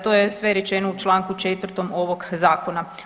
To je sve rečeno u čl. 4. ovog zakona.